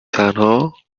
تنها